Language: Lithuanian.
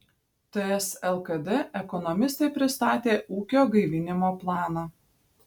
ts lkd ekonomistai pristatė ūkio gaivinimo planą